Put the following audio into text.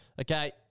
Okay